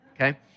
okay